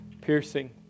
Piercing